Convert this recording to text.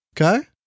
okay